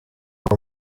ugwa